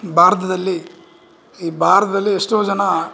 ಭಾರತದಲ್ಲಿ ಈ ಭಾರ್ತದಲ್ಲಿ ಎಷ್ಟೋ ಜನ